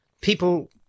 people